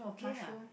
mushroom